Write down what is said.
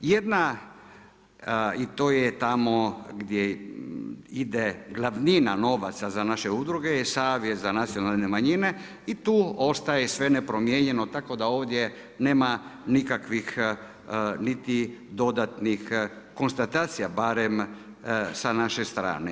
Jedna i to je tamo gdje ide glavnina novaca za udruge je Savjet za nacionalne manjine i tu ostaje sve nepromijenjeno tako da ovdje nema nikakvih niti dodatnih konstatacija barem sa naše strane.